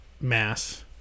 mass